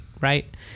right